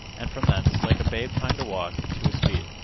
and from thence, like a babe trying to walk, to his feet.